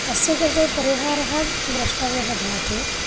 अस्य कृते परिहारः द्रष्टव्यः भवति